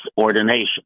ordination